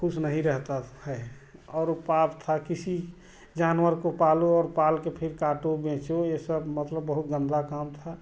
खुश नहीं रहता है और वो पार था किसी जानवर को पालो और पाल के फिर काटो बेचो ये सब मतलब बहुत गंदा काम था